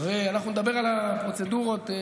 ואנחנו נדבר על הפרוצדורות,